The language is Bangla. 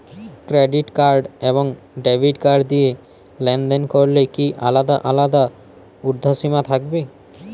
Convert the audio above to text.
ক্রেডিট কার্ড এবং ডেবিট কার্ড দিয়ে লেনদেন করলে কি আলাদা আলাদা ঊর্ধ্বসীমা থাকবে?